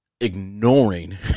ignoring